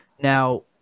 Now